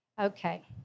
Okay